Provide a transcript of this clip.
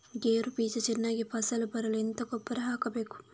ಗೇರು ಬೀಜ ಚೆನ್ನಾಗಿ ಫಸಲು ಬರಲು ಎಂತ ಗೊಬ್ಬರ ಹಾಕಬೇಕು?